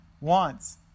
wants